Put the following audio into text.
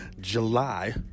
July